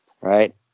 right